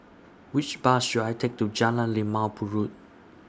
Which Bus should I Take to Jalan Limau Purut